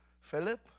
Philip